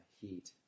heat